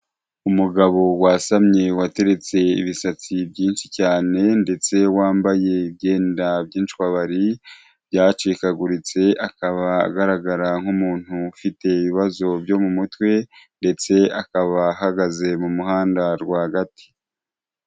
Umugabo wasamye wateretse ibisatsi byinshi cyane ndetse wambaye ibyenda by'inshwabari, byacikaguritse akaba agaragara nk'umuntu ufite ibibazo byo mu mutwe ndetse akaba ahagaze mu muhanda rwagati.